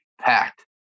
packed